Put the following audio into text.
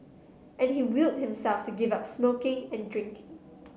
and he willed himself to give up smoking and drinking